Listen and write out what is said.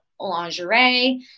lingerie